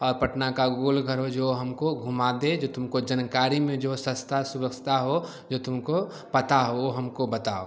और पटना का गोल घर हो जो हमको घुमा दे जो तुमको जानकारी में जो सस्ता सुवस्ता हो जो तुमको पता हो वह हमको बताओ